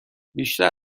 بیشتر